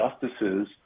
justices